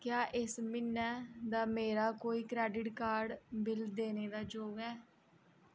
क्या इस म्हीने दा मेरा कोई क्रैडिट कार्ड बिल्ल देने दे जोग ऐ